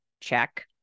Check